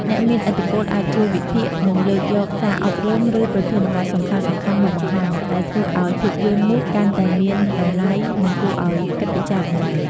អ្នកមានឥទ្ធិពលអាចជួយវិភាគ និងលើកយកសារអប់រំ ឬប្រធានបទសំខាន់ៗមកបង្ហាញ ដែលធ្វើឱ្យភាពយន្តនោះកាន់តែមានតម្លៃ និងគួរឱ្យគិតពិចារណា។